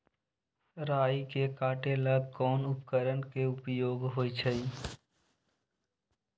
राई के काटे ला कोंन उपकरण के उपयोग होइ छई?